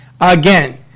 again